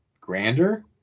grander